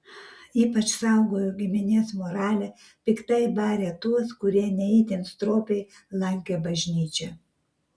ypač saugojo giminės moralę piktai barė tuos kurie ne itin stropiai lankė bažnyčią